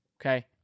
Okay